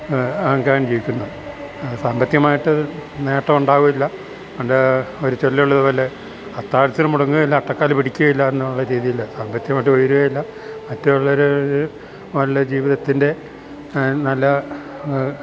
അങ്ങനൊക്കെ ജീവിക്കുന്നത് സാമ്പത്തികമായിട്ട് നേട്ടം ഉണ്ടാവൂല്ല ഒരു ചൊല്ലുള്ളത് പോലെ അത്താഴത്തിന് മുടങ്ങയില്ല അട്ടക്കാല പിടിക്കുകയില്ലാ എന്നുള്ള രീതിയിൽ സാമ്പത്തികമായിട്ട് ഉയരില്ല മറ്റുള്ളൊരു നല്ല ജീവിതത്തിൻ്റെ നല്ല